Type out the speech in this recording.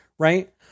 Right